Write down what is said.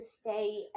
stay